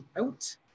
out